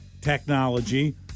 technology